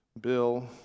Bill